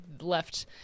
left